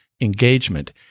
engagement